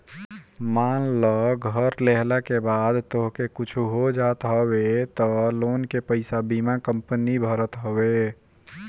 मान लअ घर लेहला के बाद तोहके कुछु हो जात हवे तअ लोन के पईसा बीमा कंपनी भरत हवे